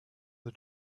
the